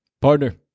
Partner